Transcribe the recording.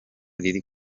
riri